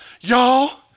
y'all